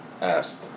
asked